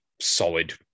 solid